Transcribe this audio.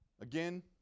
again